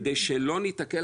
כדי שלא ניתקל,